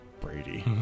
Brady